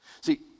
See